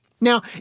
Now